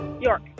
York